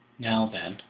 now then,